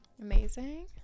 Amazing